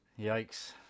yikes